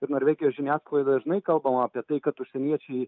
ir norvegijos žiniasklaidoje dažnai kalbama apie tai kad užsieniečiai